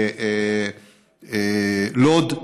בלוד,